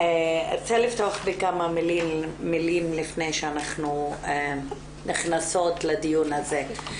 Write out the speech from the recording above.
ארצה לפתוח בכמה מילים לפני שאנחנו נכנסות לדיון הזה.